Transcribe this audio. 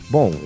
Bom